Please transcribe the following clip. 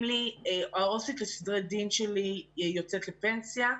לי שהעובדת הסוציאלית לסדרי דין שלהם יוצאת לפנסיה,